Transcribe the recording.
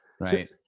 right